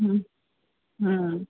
हम्म हम्म